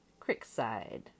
Crickside